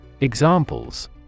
Examples